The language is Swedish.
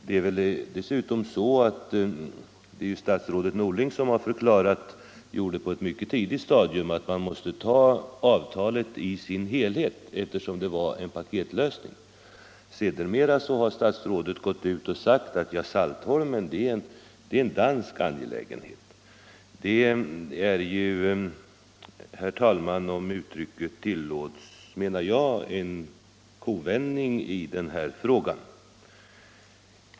Dessutom är det så att det är statsrådet Norling som på ett mycket tidigt stadium har förklarat att man måste ta avtalet i dess helhet, eftersom det var en paketlösning. Sedermera har statsrådet gått ut och sagt att Saltholm är en dansk angelägenhet. Detta är — om uttrycket tillåtes, herr talman — en kovändning i denna fråga.